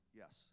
yes